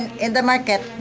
in the market.